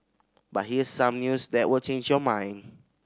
but here's some news that will change your mind